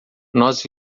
nós